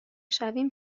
شویم